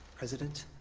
president?